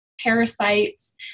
parasites